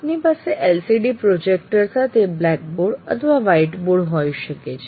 આપની પાસે LCD projector સાથે બ્લેકબોર્ડ અથવા વ્હાઇટ બોર્ડ હોઈ શકે છે